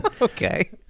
Okay